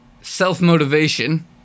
self-motivation